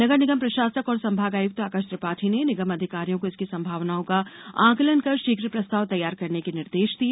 नगर निगम प्रषासक और संभागायुक्त आकाश त्रिपाठी ने निगम अधिकारियों को इसकी संभावनाओं का आंकलन कर शीघ्र प्रस्ताव तैयार करने के निर्देश दिए